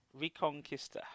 Reconquista